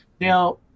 Now